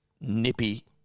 nippy